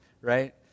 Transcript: right